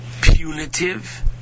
punitive